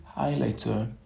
highlighter